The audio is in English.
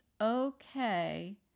okay